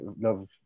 love